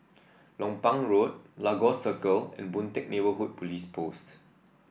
Lompang Road Lagos Circle and Boon Teck Neighbourhood Police Post